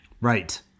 right